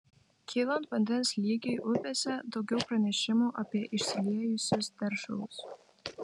kylant vandens lygiui upėse daugiau pranešimų apie išsiliejusius teršalus